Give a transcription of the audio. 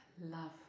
love